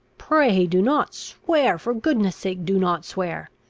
pray, do not swear! for goodness' sake, do not swear!